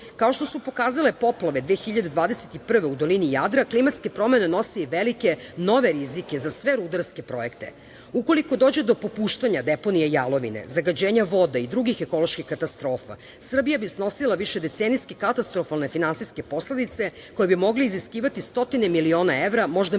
što su pokazale poplave 2021. godine, u dolini Jadra, klimatske promene nose velike, nove rizike za sve rudarske projekte. Ukoliko dođe do popuštanja deponije jalovine, zagađenja vode i drugih ekoloških katastrofa, Srbija bi snosila višedecenijske katastrofalne finansijske posledice, koje bi mogle iziskivati stotine miliona evra, možda